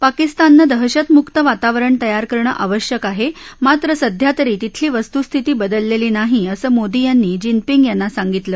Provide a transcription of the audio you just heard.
पाकिस्ताननं दहशतमुक्त वातावरण तयार करणं आवश्यक आहे मात्र सध्या तरी तिथली वस्तूस्थिती बदलेली नाही असं मोदी यांनी जीनपिंग यांना सांगितलं